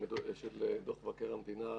דוח מערכתי של מבקר המדינה.